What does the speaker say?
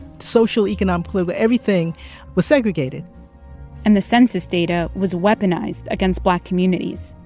social, economic, political. everything was segregated and the census data was weaponized against black communities,